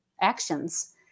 actions